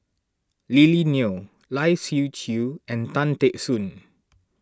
Lily Neo Lai Siu Chiu and Tan Teck Soon